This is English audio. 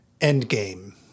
Endgame